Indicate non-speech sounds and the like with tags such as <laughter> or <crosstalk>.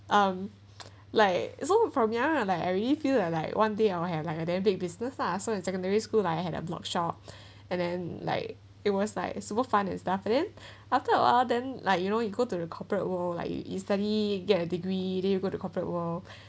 um <noise> like it's from ya like I really feel that like one day I will have like a damn big business lah so in secondary school I had a blogshop and then like it was like super fun and stuff it then after a while then like you know you go to the corporate world like you you study get a degree then you go to corporate world